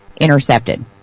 intercepted